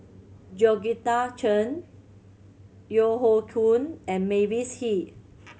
Georgette Chen Yeo Hoe Koon and Mavis Hee